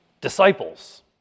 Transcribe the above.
Disciples